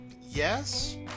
Yes